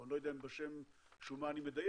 או לא יודע אם בשם שומה אני מדייק,